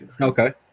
Okay